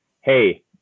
hey